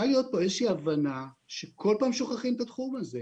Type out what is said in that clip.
את הבניין בהדסה, אני מכיר את זה.